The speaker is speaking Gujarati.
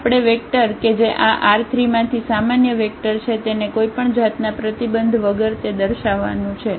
આપણે વેક્ટર કે જે આ R3 માંથી સામાન્ય વેક્ટર છે તેને કોઈપણ જાતના પ્રતિબંધ વગર તે દર્શાવવાનું છે